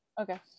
okay